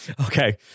Okay